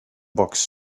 books